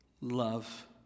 love